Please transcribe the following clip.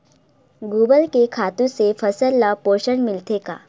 गोबर के खातु से फसल ल पोषण मिलथे का?